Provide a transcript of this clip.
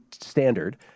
standard